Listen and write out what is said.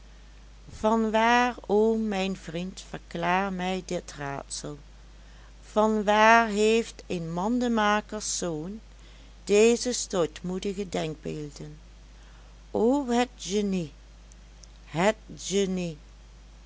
van waar o mijn vriend verklaar mij dit raadsel vanwaar heeft een mandemakerszoon deze stoutmoedige denkbeelden o het genie het genie